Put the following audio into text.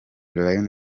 lion